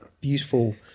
beautiful